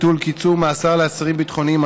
ביטול קיצור מאסר לאסירים ביטחוניים),